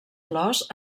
flors